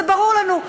זה ברור לנו.